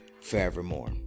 forevermore